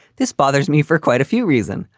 this bothers me for quite a few reason.